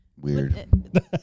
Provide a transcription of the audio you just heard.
Weird